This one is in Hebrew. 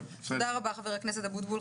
תודה רבה, חבר הכנסת אבוטבול.